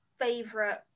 favorite